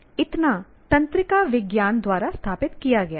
इतना तंत्रिका विज्ञान द्वारा स्थापित किया गया है